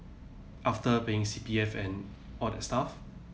after being C_P_F and all that stuff